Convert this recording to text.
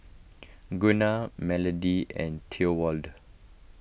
Gunnar Melodie and Thorwald